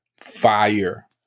Fire